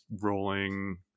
rolling